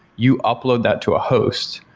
you upload that to a host.